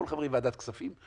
כל חברי ועדת הכספים,